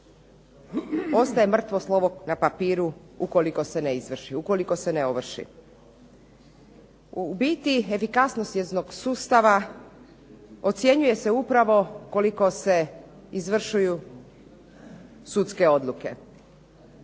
ostaje mrtvo slovo na papiru ukoliko se ne izvrši, ukoliko se ne ovrši. U biti efikasnost njezinog sustava ocjenjuje se upravo koliko se izvršuju sudske odluke.